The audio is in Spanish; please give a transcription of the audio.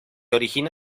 origina